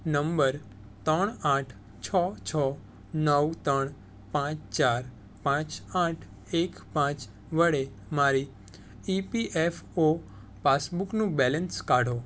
number ત્રણ આઠ છ છ નવ ત્રણ પાંચ ચાર પાંચ આઠ એક પાંચ વડે મારી ઇપીએફઓ પાસબુકનું બેલેન્સ કાઢો